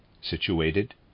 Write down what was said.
situated